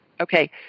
Okay